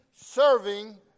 Serving